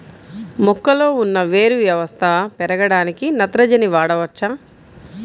మొక్కలో ఉన్న వేరు వ్యవస్థ పెరగడానికి నత్రజని వాడవచ్చా?